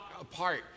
apart